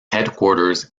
headquarters